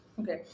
Okay